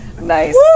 Nice